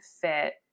fit